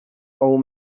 old